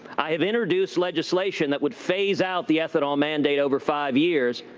i have introduced legislation that would phase out the ethanol mandate over five years,